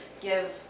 give